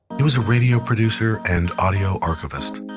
he was a radio producer and audio archivist.